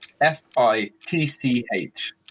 F-I-T-C-H